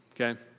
okay